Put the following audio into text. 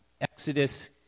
Exodus